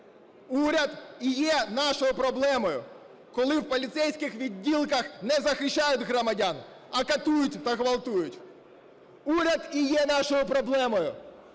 Уряд і є нашою проблемою, коли в поліцейських відділках не захищають громадян, а катують та ґвалтують. Уряд і є нашою проблемою,